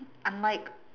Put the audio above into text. I'm like